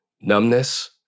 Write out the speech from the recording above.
numbness